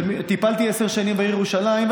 וטיפלתי עשר שנים בעיר ירושלים,